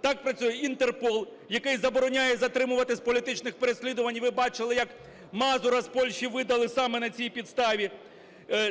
так працює Інтерпол, який забороняє затримувати з політичних переслідувань, і ви бачили, як Мазура з Польщі видали саме на цій підставі.